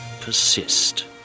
persist